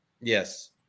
Yes